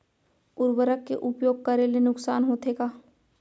उर्वरक के उपयोग करे ले नुकसान होथे का?